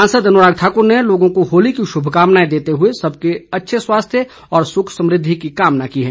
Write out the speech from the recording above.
सांसद अनुराग ठाकर ने लोगों को होली की शुभकामनाएं देते हए सबके अच्छे स्वास्थ्य और सुख समृद्धि की कामना की है